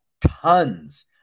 tons